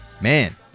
man